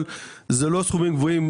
אבל אלה לא סכומים גבוהים.